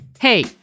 Hey